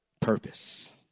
purpose